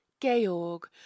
Georg